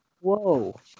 Whoa